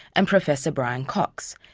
and professor brian cox,